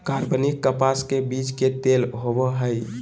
कार्बनिक कपास के बीज के तेल होबो हइ